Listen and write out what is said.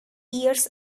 years